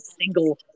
single